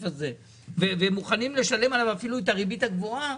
אם הם מוכנים לשלם את הריבית הגבוהה,